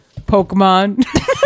Pokemon